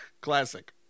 Classic